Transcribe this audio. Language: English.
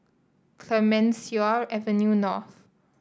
Clemenceau Avenue North